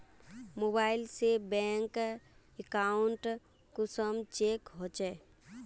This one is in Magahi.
मोबाईल से बैंक अकाउंट कुंसम चेक होचे?